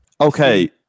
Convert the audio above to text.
Okay